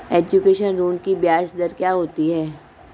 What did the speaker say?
Education ऋृण की ब्याज दर क्या होती हैं?